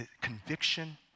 conviction